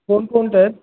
कोणकोणत्या आहेत